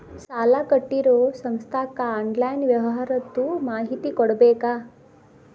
ಸಾಲಾ ಕೊಟ್ಟಿರೋ ಸಂಸ್ಥಾಕ್ಕೆ ಆನ್ಲೈನ್ ವ್ಯವಹಾರದ್ದು ಮಾಹಿತಿ ಕೊಡಬೇಕಾ?